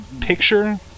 picture